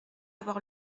avoir